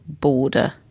border